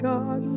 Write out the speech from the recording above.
God